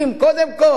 קודם כול,